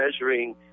measuring